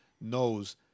Knows